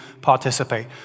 participate